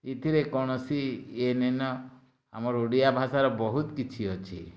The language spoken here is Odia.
ଇଥିରେ କୌଣସି ୟେ ନେଇଁନ ଆମର୍ ଓଡ଼ିଆ ଭାଷାର ବହୁତ କିଛି ଅଛି